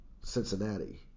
Cincinnati